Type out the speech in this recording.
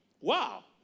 Wow